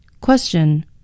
Question